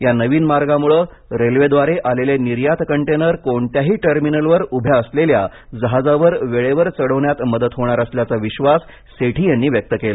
या नवीन मार्गामुळे रेल्वेद्वारे आलेले निर्यात कंटेनर कोणत्याही टर्मिनलवर उभ्या असलेल्या जहाजावर वेळेवर चढवण्यात मदत होणार असल्याचा विश्वास सेठी यांनी व्यक्त केला